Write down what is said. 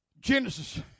Genesis